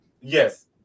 yes